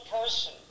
person